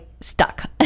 stuck